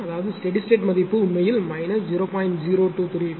அதாவது steady state மதிப்பு உண்மையில் மைனஸ் 0